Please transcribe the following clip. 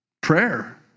prayer